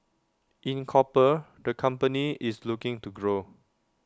in copper the company is looking to grow